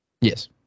Yes